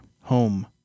home